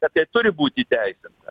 kad tai turi būt įteisinta